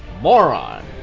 moron